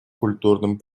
культурным